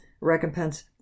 Recompense